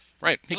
Right